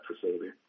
facility